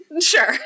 sure